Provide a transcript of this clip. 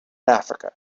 africa